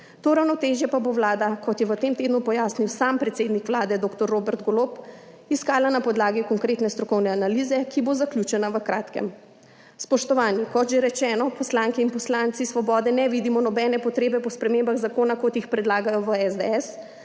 To ravnotežje pa bo Vlada, kot je v tem tednu pojasnil predsednik Vlade dr. Robert Golob, iskala na podlagi konkretne strokovne analize, ki bo zaključena v kratkem. Spoštovani! Kot že rečeno, poslanke in poslanci Svobode ne vidimo nobene potrebe po spremembah zakona, kot jih predlagajo v SDS,